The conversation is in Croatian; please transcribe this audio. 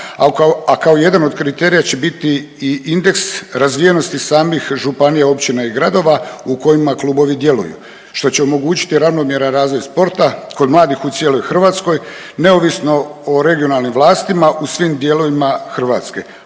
a kao jedan od kriterija će biti i indeks razvijenost samih županija, općina i gradova u kojima klubovi djeluju što će omogućiti ravnomjeran razvoj sporta kod mladih u cijeloj Hrvatskoj neovisno o regionalnim vlastima u svim dijelovima Hrvatske,